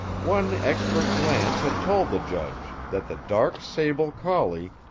one expert glance had told the judge that the dark-sable collie,